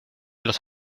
los